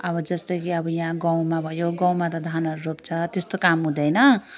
अब जस्तै कि अब यहाँ गाउँमा भयो गाउँमा त धानहरू रोप्छ त्यस्तो काम हुँदैन